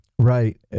Right